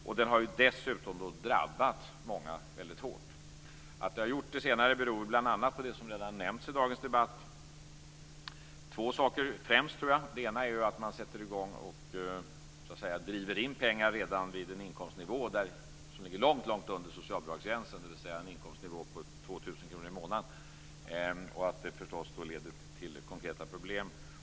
Dessutom har denna reform drabbat många väldigt hårt. Det beror bl.a. på två saker som redan har nämnts i dagens debatt. Den ena saken är att pengarna drivs in redan vid en inkomstnivå som ligger långt under socialbidragsgränsen, dvs. en inkomstnivå på 2 000 kr i månaden, vilket naturligtvis leder till konkreta problem.